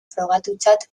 frogatutzat